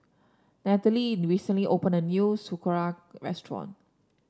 Nathaly recently opened a new Sauerkraut restaurant